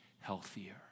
healthier